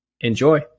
Enjoy